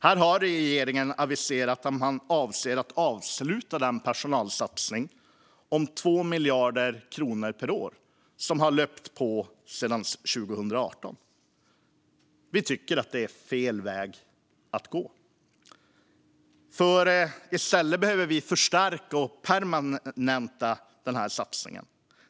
Här har regeringen aviserat att man avser att avsluta den personalsatsning om 2 miljarder kronor per år som löpt på sedan 2018. Vi tycker att det är fel väg att gå. I stället behöver vi förstärka och permanenta denna satsning.